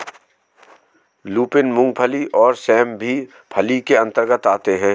lupin, मूंगफली और सेम भी फली के अंतर्गत आते हैं